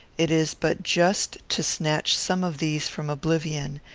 it is but just to snatch some of these from oblivion,